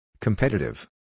Competitive